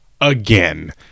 Again